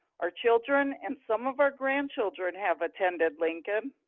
our children and some of our grandchildren have attended lincoln.